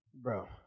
Bro